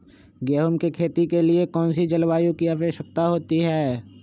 गेंहू की खेती के लिए कौन सी जलवायु की आवश्यकता होती है?